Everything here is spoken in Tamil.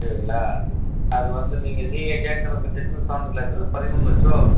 சரிங்களா அது வந்து நீங்கள் நீங்கள் கேட்குற பட்ஜெட்டில் வந்து பதிமூணு லட்சம் ரூபா வரும் அது